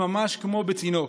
הם ממש כמו בצינוק.